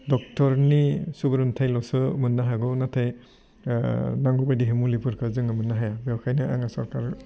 डक्टरनि सुबुरुनथाइल'सो मोननो हागौ नाथाय नांगौ बायदिहाय मुलिफोरखौ जोङो मोननो हाया बेखायनो आङो सरकार